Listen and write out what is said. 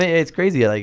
ah it's crazy, like